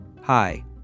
hi